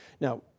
Now